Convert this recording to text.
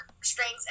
strengths